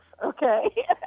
Okay